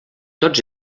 tots